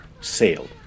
sailed